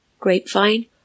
Grapevine